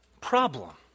problem